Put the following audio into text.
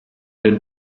der